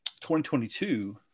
2022